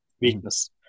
weakness